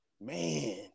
man